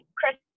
Chris